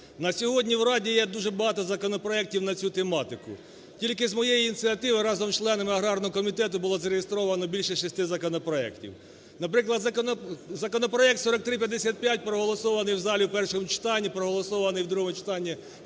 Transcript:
На сьогодні в Раді є дуже багато законопроектів на цю тематику. Тільки з моєї ініціативи разом із членами аграрного комітету було зареєстровано більше 6 законопроектів. Наприклад, законопроект 4355 проголосований в залі в першому читанні, проголосований в другому читанні